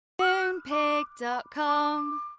Moonpig.com